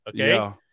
Okay